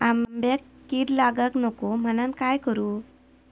आंब्यक कीड लागाक नको म्हनान काय करू?